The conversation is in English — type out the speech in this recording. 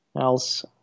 Else